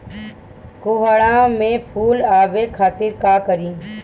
कोहड़ा में फुल आवे खातिर का करी?